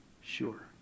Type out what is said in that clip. sure